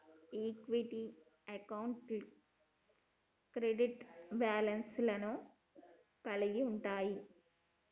equity అకౌంట్లు credit balance లను కలిగి ఉంటయ్